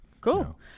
cool